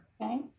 Okay